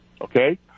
okay